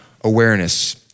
awareness